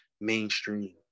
mainstream